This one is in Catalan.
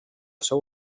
seu